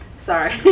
Sorry